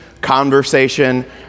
conversation